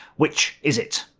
which is it?